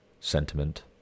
sentiment